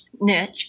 niche